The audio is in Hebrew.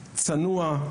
צנוע,